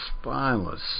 spineless